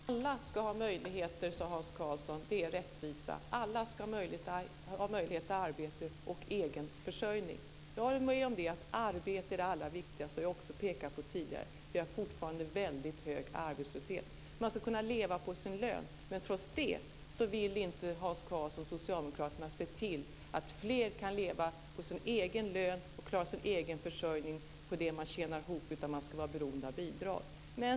Herr talman! Alla ska ha möjligheter till arbete och egen försörjning, sade Hans Karlsson. Det är rättvisa. Jag håller med om att arbete är det allra viktigaste. Det har jag också pekat på tidigare. Vi har fortfarande väldigt hög arbetslöshet. Man ska kunna leva på sin lön, men trots det vill inte Hans Karlsson och socialdemokraterna se till att fler kan leva på sin egen lön och klara sin egen försörjning på det de tjänar ihop, utan de ska vara beroende av bidrag.